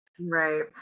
Right